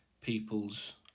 people's